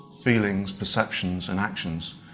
feelings, perceptions and actions.